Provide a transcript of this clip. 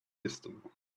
wisdom